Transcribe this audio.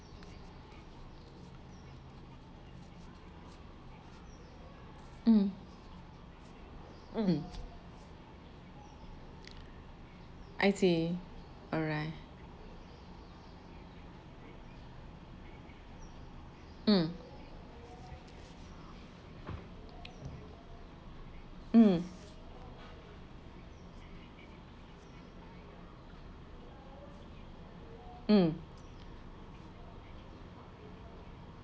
um um I see alright um um um